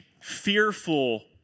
fearful